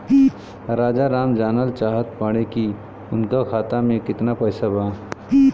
राजाराम जानल चाहत बड़े की उनका खाता में कितना पैसा बा?